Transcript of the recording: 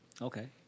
Okay